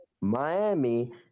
Miami